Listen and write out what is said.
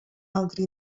altre